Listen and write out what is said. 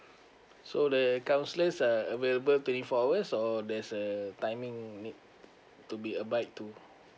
so the counselors are available twenty four hours or there's a timing you need to be abide too